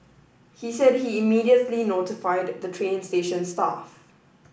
he said he immediately notified the train station staff